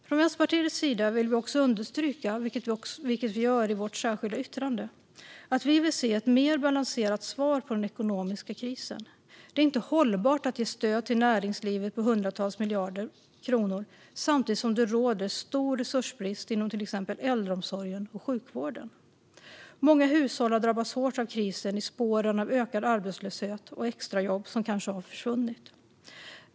Från Vänsterpartiets sida vill vi också understryka, vilket vi gör i vårt särskilda yttrande, att vi vill se ett mer balanserat svar på den ekonomiska krisen. Det är inte hållbart att ge stöd till näringslivet på hundratals miljarder kronor samtidigt som det råder stor resursbrist inom till exempel äldreomsorgen och sjukvården. Många hushåll har drabbats hårt av krisen i spåren av ökad arbetslöshet och av att extrajobb kanske har försvunnit.